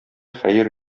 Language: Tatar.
хәер